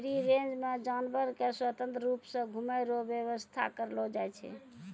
free range मे जानवर के स्वतंत्र रुप से घुमै रो व्याबस्था करलो जाय छै